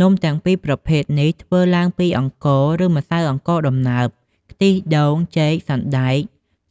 នំទាំងពីរប្រភេទនេះធ្វើឡើងពីអង្ករ ឬ ម្សៅអង្ករដំណើប ខ្ទិះដូង ចេក សណ្ដែក